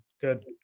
good